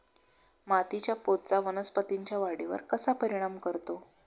मातीच्या पोतचा वनस्पतींच्या वाढीवर कसा परिणाम करतो?